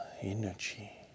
energy